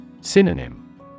Synonym